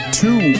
two